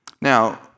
Now